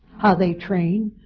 how they train,